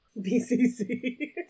BCC